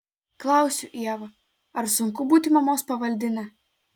klausiu ievą ar sunku būti mamos pavaldine